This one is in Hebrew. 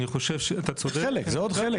אני חושב שאתה צודק --- חלק, זה עוד חלק.